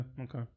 okay